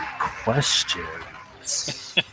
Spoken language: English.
questions